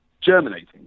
germinating